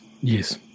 Yes